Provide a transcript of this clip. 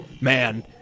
man